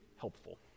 helpful